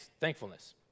thankfulness